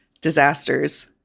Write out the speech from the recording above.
disasters